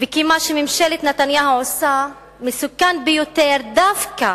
וכי מה שממשלת נתניהו עושה מסוכן ביותר דווקא